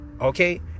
Okay